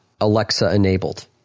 Alexa-enabled